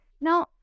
Now